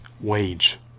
wage